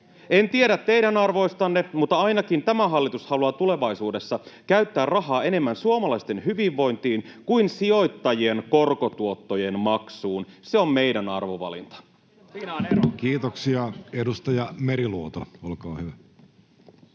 En tiedä teidän arvoistanne, mutta ainakin tämä hallitus haluaa tulevaisuudessa käyttää rahaa enemmän suomalaisten hyvinvointiin kuin sijoittajien korkotuottojen maksuun. Se on meidän arvovalinta. Kiitoksia. — Edustaja Meriluoto, olkaa hyvä.